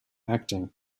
acting